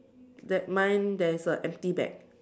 that mine there is a empty bag